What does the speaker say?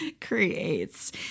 creates